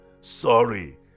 Sorry